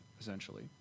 essentially